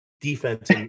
defense